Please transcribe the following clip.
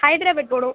ஹைத்ராபாத் போகணும்